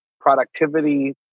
productivity